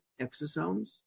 exosomes